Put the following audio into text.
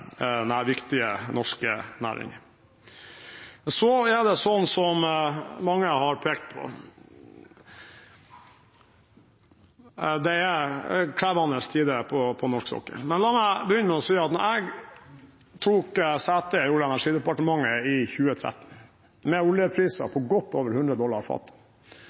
viktige norske næringer. Så er det, som mange har pekt på, krevende tider for norsk sokkel, men la meg begynne med å si at da jeg tok sete i Olje- og energidepartementet i 2013, med oljepriser på godt over 100 dollar